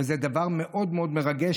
וזה דבר מאוד מאוד מרגש,